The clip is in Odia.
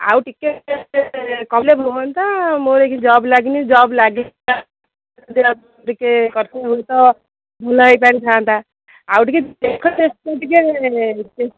ଆଉ ଟିକେ କମାଇଲେ ହୁଅନ୍ତା ମୋର ଟିକେ କିଛି ଜବ୍ ଲାଗିନି ଜବ ଲାଗିଲେ ଟିକେ କରିଥିଲେ ହୁଏ ତ ଭଲ ହୋଇ ପାରିଥାନ୍ତା ଆଉ ଟିକେ